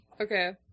Okay